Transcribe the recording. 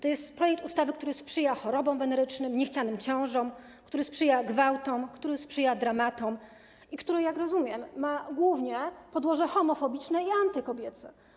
To jest projekt ustawy, który sprzyja chorobom wenerycznym, niechcianym ciążom, który sprzyja gwałtom, który sprzyja dramatom i który, jak rozumiem, ma głównie podłoże homofobiczne i antykobiece.